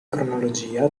cronologia